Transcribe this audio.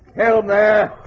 helm there.